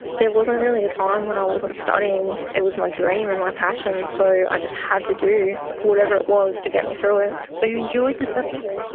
there wasn't really a time when i wasn't studying. it was dream and my passion, so i just had to do whatever it was to get me through it. so you enjoyed the subjects?